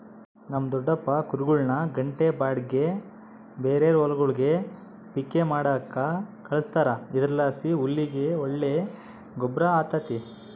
ನಮ್ ದೊಡಪ್ಪ ಕುರಿಗುಳ್ನ ಗಂಟೆ ಬಾಡಿಗ್ಗೆ ಬೇರೇರ್ ಹೊಲಗುಳ್ಗೆ ಪಿಕ್ಕೆ ಮಾಡಾಕ ಕಳಿಸ್ತಾರ ಇದರ್ಲಾಸಿ ಹುಲ್ಲಿಗೆ ಒಳ್ಳೆ ಗೊಬ್ರ ಆತತೆ